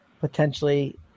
potentially